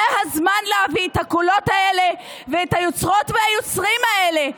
זה הזמן להביא את הקולות האלה ואת היוצרות והיוצרים האלה,